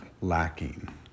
lacking